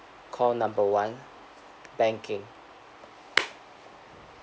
call number one banking